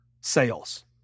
sales